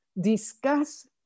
discuss